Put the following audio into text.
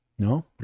No